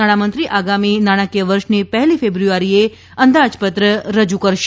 નાણામંત્રી આગામી નાણાકીય વર્ષની પહેલી ફેબ્રુઆરીએ અંદાજપત્ર રજુ કરશે